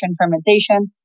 fermentation